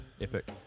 epic